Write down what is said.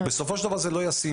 בסופו של דבר זה לא ישים,